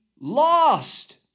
lost